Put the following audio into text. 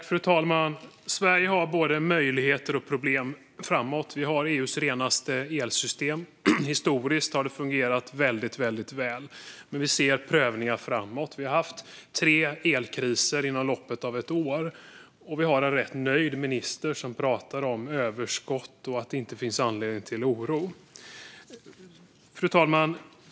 Fru talman! Sverige har både möjligheter och problem framöver. Vi har EU:s renaste elsystem. Historiskt har det fungerat väldigt väl, men vi ser prövningar framåt. Vi har haft tre elkriser inom loppet av ett år, och vi har en rätt nöjd minister som pratar om överskott och att det inte finns anledning till oro. Fru talman!